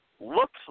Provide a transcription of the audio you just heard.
looks